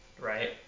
right